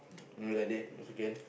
maybe like that also can